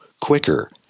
quicker